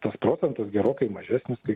tas procentas gerokai mažesnis nei